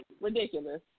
ridiculous